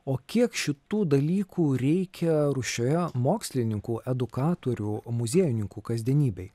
o kiek šitų dalykų reikia rūsčioje mokslininkų edukatorių muziejininkų kasdienybėj